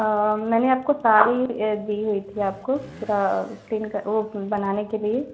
मैंने आपको साड़ी दी हुई थी आपको थोड़ा क्लीन कर वो बनाने के लिए